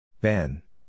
Ben